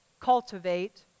cultivate